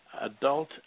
Adult